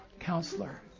Counselor